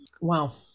Wow